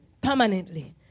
permanently